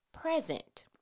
present